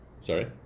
sorry